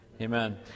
Amen